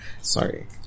Sorry